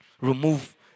remove